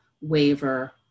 waiver